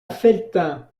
felletin